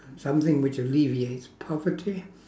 some thing which alleviates poverty